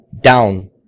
down